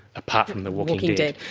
apart from the walking dead.